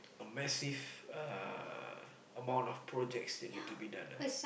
a massive uh amount of projects that need to be done ah